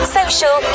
social